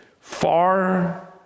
far